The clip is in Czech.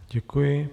Děkuji.